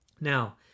Now